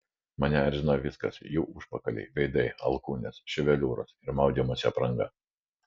mane erzino viskas jų užpakaliai veidai alkūnės ševeliūros ir maudymosi apranga